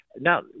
Now